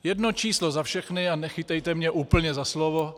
Jedno číslo za všechny a nechytejte mě úplně za slovo.